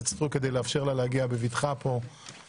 אורית סטרוק כדי לאפשר לה להגיע בבטחה לדיון.